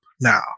now